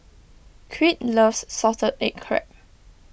Crete loves Salted Egg Crab